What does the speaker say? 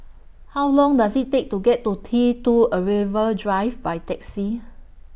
How Long Does IT Take to get to T two Arrival Drive By Taxi